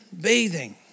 bathing